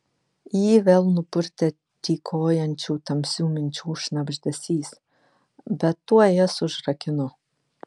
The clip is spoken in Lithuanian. jį vėl nupurtė tykojančių tamsių minčių šnabždesys bet tuoj jas užrakino